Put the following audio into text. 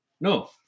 No